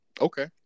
Okay